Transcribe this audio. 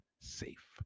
safe